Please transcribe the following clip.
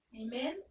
Amen